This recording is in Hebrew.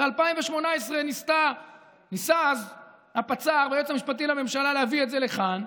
ב-2018 ניסה הפצ"ר אז והיועץ המשפטי לממשלה להביא את זה לכאן,